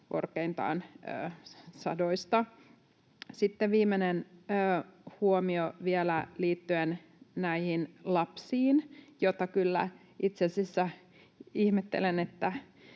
korkeintaan sadoista. Sitten vielä viimeinen huomio liittyen näihin lapsiin: kyllä itse asiassa ihmettelen, että